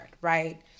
right